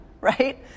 right